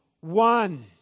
one